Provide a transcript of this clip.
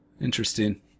Interesting